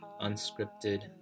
unscripted